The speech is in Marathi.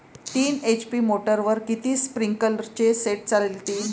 तीन एच.पी मोटरवर किती स्प्रिंकलरचे सेट चालतीन?